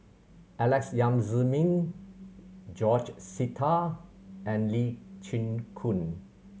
Alex Yam Ziming George Sita and Lee Chin Koon